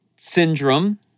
syndrome